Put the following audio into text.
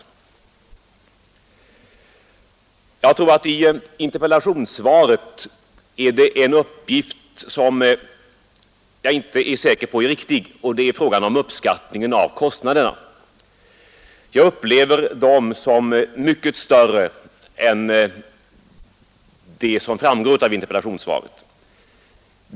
Det är en uppgift i interpellationssvaret som jag inte är säker på är riktig, nämligen uppskattningen av kostnaderna. Jag upplever dem som mycket större än vad som framgår av interpellationssvaret.